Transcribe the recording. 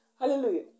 Hallelujah